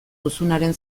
duzubaren